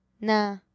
nah